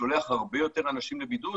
ששולח הרבה יותר אנשים לבידוד,